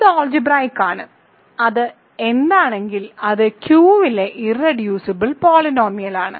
ഇത് ആൾജിബ്രായിക്ക് ആണ് അത് എന്താണെങ്കിൽ അത് Q ലെ ഇർറെഡ്യൂസിബിൾ പോളിനോമിയലാണ്